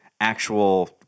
actual